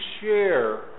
share